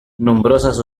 nombroses